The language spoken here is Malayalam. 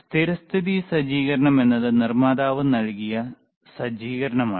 സ്ഥിരസ്ഥിതി സജ്ജീകരണം എന്നത് നിർമ്മാതാവ് നൽകിയ സജ്ജീകരണമാണ്